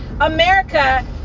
America